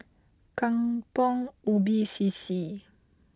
Kampong Ubi C C